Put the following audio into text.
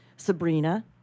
Sabrina